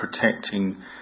protecting